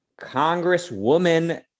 congresswoman